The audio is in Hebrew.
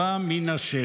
בך",